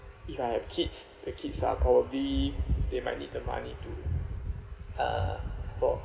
if I have kids the kids are probably they might need the money to uh for